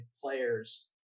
players